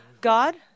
God